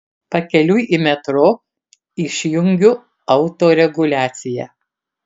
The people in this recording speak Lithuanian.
pakeliui į metro išjungiu autoreguliaciją